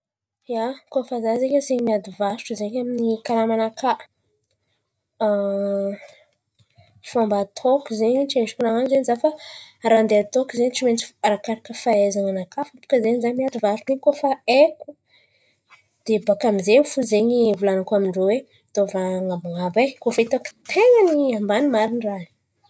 Ia, koa fa za zen̈y asain̈y miady varotra zen̈y amin'ny karama-nakà fômba ataoko zen̈y tsy endriky nan̈ano zen̈y za. Fa raha handeha ataoko zen̈y tsy maintsy fa arakaraka fahaizan̈a-nakà fo bàka zen̈y za miady varotro. Fa koa fa haiko, de bòka amy zen̈y fo zen̈y ivolan̈ako amindrô oe ataova an̈abon̈abo e koa fa hitako ten̈a ny ambany marin̈y raha io.